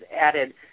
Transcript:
added